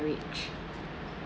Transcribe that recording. marriage